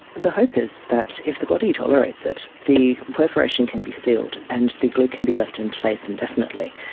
the hope is that if the body tolerates it, the perforation can be sealed and the glue can be left in place indefinitely.